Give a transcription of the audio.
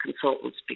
consultants